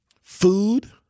Food